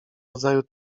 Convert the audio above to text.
rodzaju